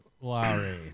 Lowry